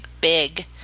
big